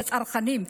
על הצרכנים,